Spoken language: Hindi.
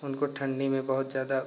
उनको ठंडी में बहुत ज़्यादा